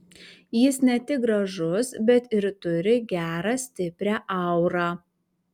jis ne tik gražus bet ir turi gerą stiprią aurą